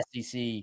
SEC